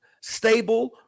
stable